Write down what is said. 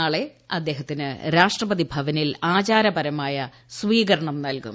നാളെ അദ്ദേഹത്തിന് രാഷ്ട്രപതി ഭവനിൽ ്ആചാരപരമായ സ്വീകരണം നല്കും